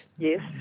Yes